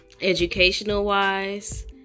educational-wise